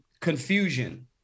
confusion